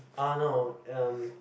ah no um